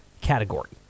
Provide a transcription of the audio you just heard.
category